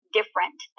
different